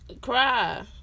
cry